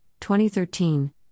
2013